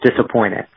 disappointed